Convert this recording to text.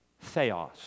theos